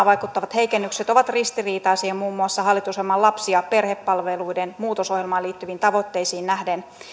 vaikuttavat heikennykset ovat ristiriitaisia muun muassa hallitusohjelman lapsi ja perhepalveluiden muutosohjelmaan liittyviin tavoitteisiin nähden